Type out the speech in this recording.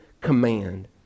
command